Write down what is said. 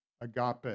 Agape